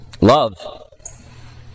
Love